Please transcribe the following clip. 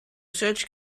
search